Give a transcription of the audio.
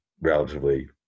relatively